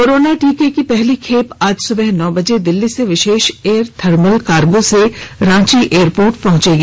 corona टीके की पहली खेप आज सुबह नौ बजे दिल्ली से विशेष एयर थर्मल कार्गो से रांची एयरपोर्ट पहुंचेगी